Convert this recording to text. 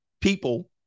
people